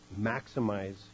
maximize